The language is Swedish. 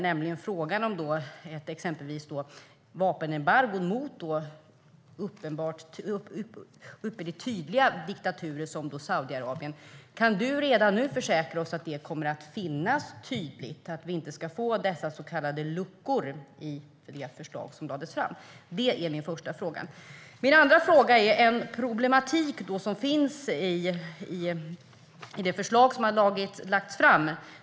Det är frågan om ett vapenembargo mot väldigt tydliga diktaturer som Saudiarabien. Kan du redan nu försäkra oss att det kommer att finnas tydligt så att vi inte ska få dessa så kallade luckor som fanns i det förslag som lades fram? Det är min första fråga. Min andra fråga gäller en problematik som finns i det förslag som har lagts fram.